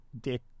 Dick